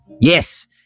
Yes